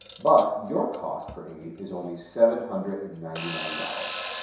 but your cost per aid is only seven hundred and ninety nine dollars.